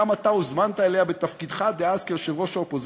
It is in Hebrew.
גם אתה הוזמנת אליה בתפקידך דאז כיושב-ראש האופוזיציה.